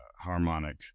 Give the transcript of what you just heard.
harmonic